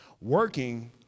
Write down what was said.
working